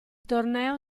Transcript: torneo